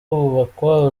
kubakwa